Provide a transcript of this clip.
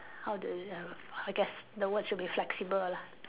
how do you err I guess the word should be flexible lah